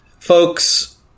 Folks